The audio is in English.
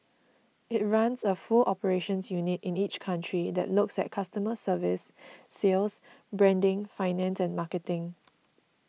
it runs a full operations unit in each country that looks at customer service sales branding finance and marketing